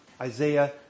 Isaiah